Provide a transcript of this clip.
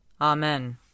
Amen